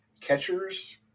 catchers